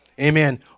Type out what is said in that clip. Amen